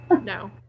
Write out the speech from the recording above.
No